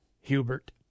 Hubert